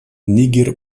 нигер